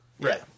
Right